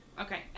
okay